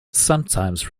sometimes